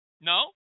No